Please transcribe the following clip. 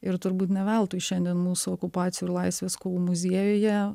ir turbūt ne veltui šiandien mūsų okupacijų ir laisvės kovų muziejuje